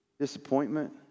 disappointment